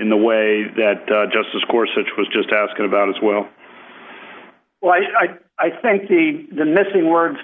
in the way that justice course which was just asking about as well why i think the the missing words